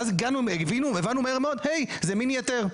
ואז הבנו מהר מאוד שהיי, זה מיני היתר.